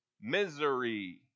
misery